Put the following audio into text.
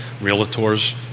realtors